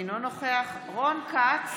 אינו נוכח רון כץ,